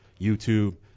youtube